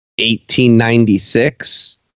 1896